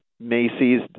macy's